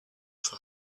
for